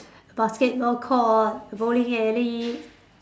basketball court bowling alley